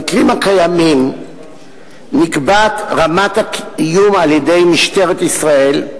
במקרים הקיימים נקבעת רמת האיום על-ידי משטרת ישראל,